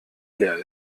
leer